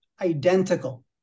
identical